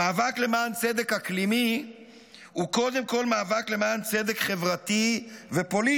המאבק למען צדק אקלימי הוא קודם כול מאבק למען צדק חברתי ופוליטי.